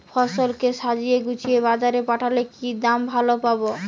ফসল কে সাজিয়ে গুছিয়ে বাজারে পাঠালে কি দাম ভালো পাব?